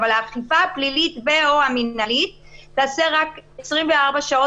אבל האכיפה הפלילית ו/או המינהלית תיעשה רק 24 שעות